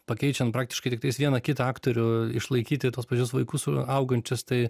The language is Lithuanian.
pakeičiant praktiškai tiktais vieną kitą aktorių išlaikyti tuos pačius vaikus suaugančius tai